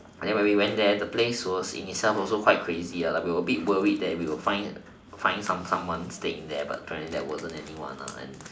and then when we went there the place was in itself also quite crazy ya like we were a bit worried that we will find will find someone staying there but apparently there wasn't anyone lah and